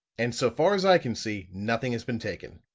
and so far as i can see, nothing has been taken.